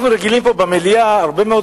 אנחנו רגילים פה במליאה לדון הרבה מאוד